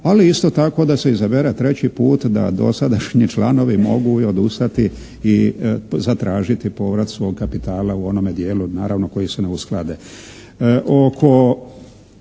Ali isto tako da se izabere treći put da dosadašnji članovi mogu i odustati i zatražiti povrat svog kapitala u onome dijelu, naravno koji se ne usklade.